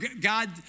God